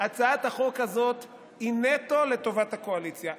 הצעת החוק הזאת היא נטו לטובת הקואליציה.